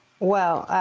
well,